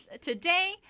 today